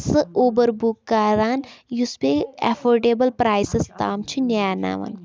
سۄ Uber book کَران یُس بیٚیہِ ایفٲٹیبٕل پرٛایسَس تام چھِ نیناوان